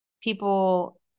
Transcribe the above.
people